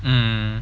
mm